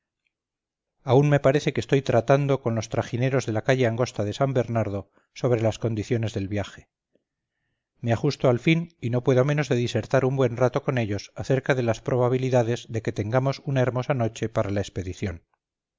aún me parece que estoy tratando con los trajineros de la calle angosta de san bernardo sobre las condiciones del viaje me ajusto al fin y no puedo menos de disertar un buen rato con ellos acerca de las probabilidades de que tengamos una hermosa noche para la expedición